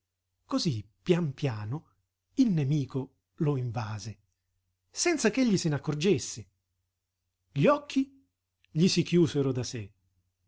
cosí pian piano il nemico lo invase senza ch'egli se n'accorgesse gli occhi gli si chiusero da sé